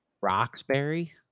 Roxbury